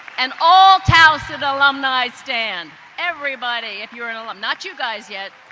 and all towson alumni stand. everybody if you're an alum not you guys yet.